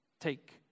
take